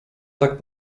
tak